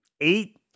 eight